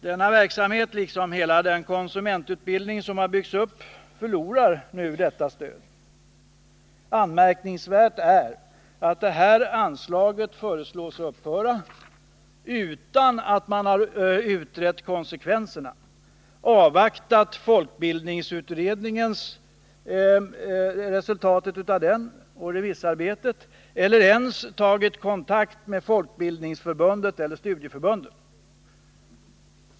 Denna verksamhet liksom hela den konsumentutbildning som har byggts upp förlorar nu detta stöd. Anmärkningsvärt är att det här anslaget föreslås upphöra utan att man har utrett konsekvenserna, avvaktat resultatet av folkbildningsutredningen och remissförfarandet eller ens tagit kontakt med Folkbildningsförbundet eller studieförbunden.